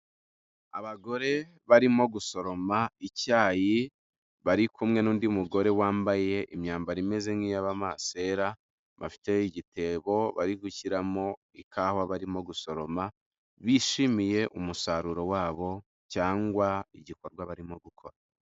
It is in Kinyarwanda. Abagore barimo gusoroma icyayi bari kumwe n'undi mugore wambaye imyambaro imeze nk'iy'amasera bafite igitebo bari gushyiramo ikawa barimo gusoroma bishimiye umusaruro wabo cyangwa igikorwa barimo gukora.